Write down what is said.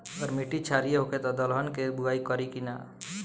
अगर मिट्टी क्षारीय होखे त दलहन के बुआई करी की न?